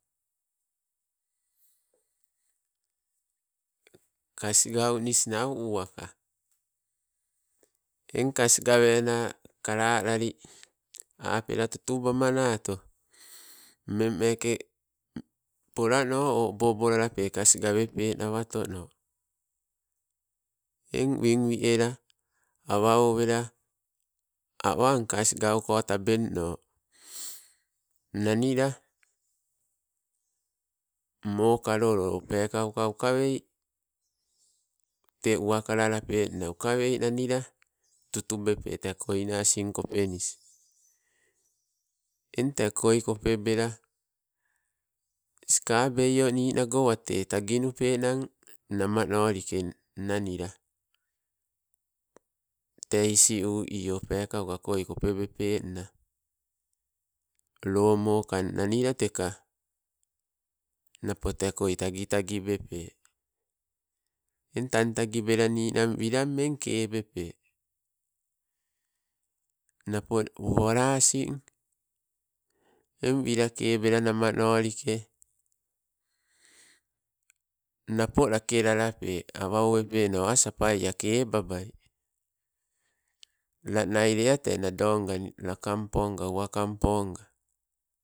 Kas gaunis nau uwaka, eng kas gaweena kalalali apela tutubamanato, mmeng mmeke polano obo obo lalape kas gawepe nawatono. Eng wing wi'ela awa owela, awang kas gauko tabeng no nanila, mokalolo pekauka, ukawei tee uwakalala penna uka wei nanila, tutubepe te koina asing kopenis. Eng te koi kopebela, skabeio ninago wate taginupenna, namanolike nanila tee isi uio tee peekauka koi kopebepenna, lo mokang teka nanila, napo te koi tagi tagi bepe. Eng tagi tagi bela ninang wila kebepe, napo wala asing, eng wila kebe namanolike. Napo lakelalape awa owepeno a' sapaia kebabai, lanai lea tenadonga lakamponga uwakamponga